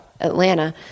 Atlanta